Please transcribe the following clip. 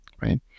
right